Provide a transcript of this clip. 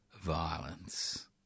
violence